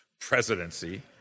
presidency